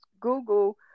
Google